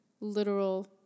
literal